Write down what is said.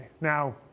Now